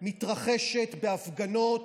מתרחשת בהפגנות